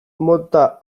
mota